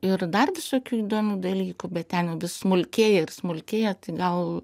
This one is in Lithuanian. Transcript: ir dar visokių įdomių dalykų bet ten vis smulkėja ir smulkėja tai gal